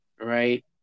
right